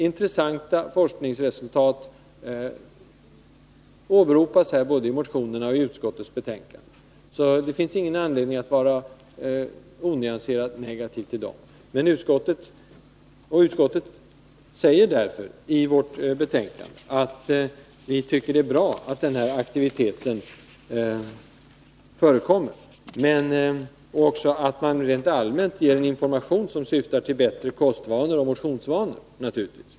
Intressanta forskningsresultat åberopas, både i motionerna och i utskottets betänkande. Det finns ingen anledning att vara onyanserat negativ till hälsohemmen. Utskottet säger därför i betänkandet att vi tycker det är bra att den här aktiviteten förekommer och att man rent allmänt ger information som syftar till bättre kostvanor och bättre motionsvanor.